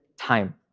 time